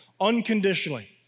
unconditionally